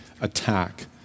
attack